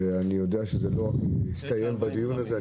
ואני יודע שזה לא יסתיים בדיון הזה,